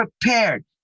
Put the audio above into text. prepared